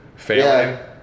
Failing